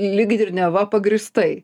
lyg ir neva pagrįstai